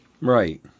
Right